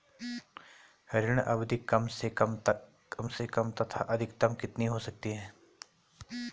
ऋण अवधि कम से कम तथा अधिकतम कितनी हो सकती है?